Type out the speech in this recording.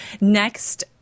next